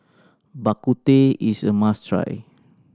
Bak Kut Teh is a must try